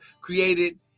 created